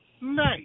Nice